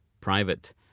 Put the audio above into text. private